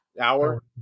hour